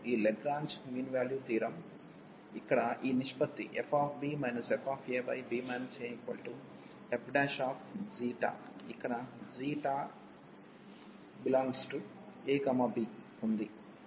ఈ Lagrange mean value theorem ఇక్కడ ఈ నిష్పత్తి fb fab afξ ఇక్కడ ξ∈abఉంది